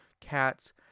cats